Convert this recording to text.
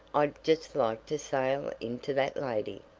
i'd just like to sail into that lady.